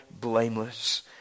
blameless